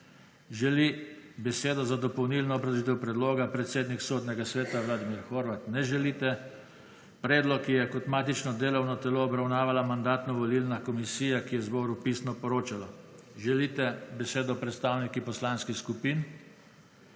Želi besedo za dopolnilno obrazložitev predloga predsednik Sodnega sveta Vladimir Horvat? Ne želite. Predlog je kot matično delovno telo obravnavala Mandatno-volilna komisija, ki je zboru pisno poročala. Želite besedo predstavniki poslanskih skupin?